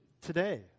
today